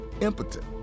impotent